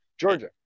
Georgia